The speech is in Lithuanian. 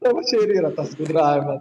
o va čia ir yra tas gudravimas